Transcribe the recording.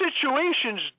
situations